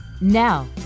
Now